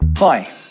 Hi